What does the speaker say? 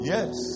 Yes